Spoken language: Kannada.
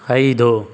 ಐದು